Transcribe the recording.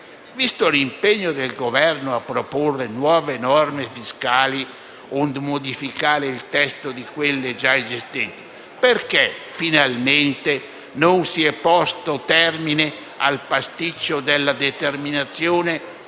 visto l'impegno del Governo a proporre nuove norme fiscali o a modificare il testo di quelle già esistenti, perché, finalmente, non si è posto termine al pasticcio della determinazione